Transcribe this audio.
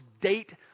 date